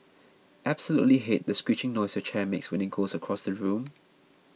absolutely hate the screeching noise your chair makes when it goes across the room